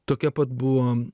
tokia pat buvo